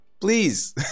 please